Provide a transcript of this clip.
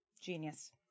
Genius